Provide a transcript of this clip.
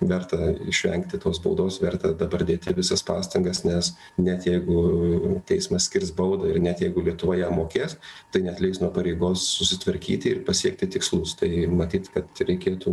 verta išvengti tos baudos verta dabar dėti visas pastangas nes net jeigu teismas skirs baudą ir net jeigu lietuva ją mokės tai neatleis nuo pareigos susitvarkyti ir pasiekti tikslus tai matyt kad reikėtų